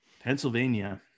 Pennsylvania